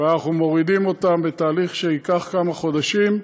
ואנחנו מורידים אותם, בתהליך שייקח כמה חודשים,